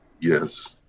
Yes